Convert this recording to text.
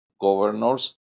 governors